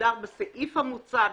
הוגדר בסעיף המוצע,